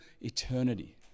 eternity